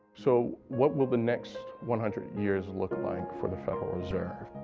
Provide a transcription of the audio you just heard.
so, what will the next one hundred years look like for the federal reserve?